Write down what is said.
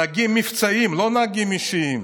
נהגים מבצעיים, לא נהגים אישיים,